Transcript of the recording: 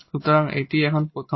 সুতরাং এটি এখানে প্রথম